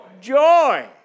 joy